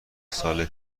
سال